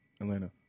Atlanta